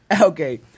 Okay